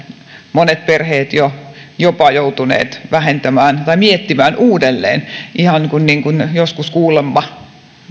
monet perheet jopa joutuneet vähentämään tai miettimään uudelleen ihan niin kuin joskus kuulemma